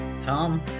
tom